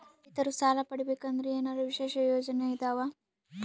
ರೈತರು ಸಾಲ ಪಡಿಬೇಕಂದರ ಏನರ ವಿಶೇಷ ಯೋಜನೆ ಇದಾವ?